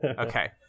Okay